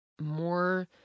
more